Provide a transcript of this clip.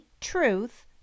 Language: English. truth